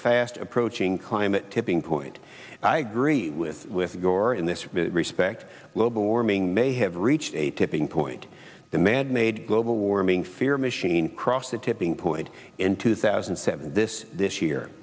fast approaching climate tipping point i agree with with gore in this respect global warming may have reached a tipping point the mad made global warming fear machine cross the tipping point in two thousand and seven this this year